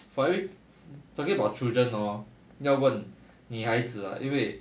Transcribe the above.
for every forget about children lor 要问女孩子 [what] 因为